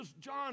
John